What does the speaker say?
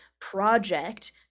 project